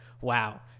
wow